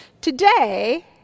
today